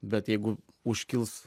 bet jeigu užkils